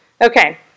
Okay